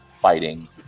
fighting